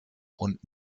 und